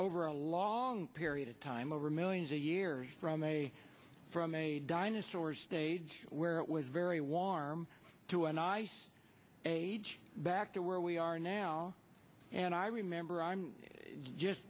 over a lot period of time over millions a year from a from a dinosaur stage where it was very warm to an ice age back to where we are now and i remember i'm just